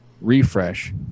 refresh